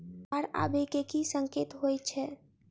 बाढ़ आबै केँ की संकेत होइ छै?